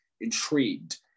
intrigued